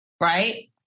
right